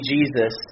Jesus